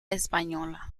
española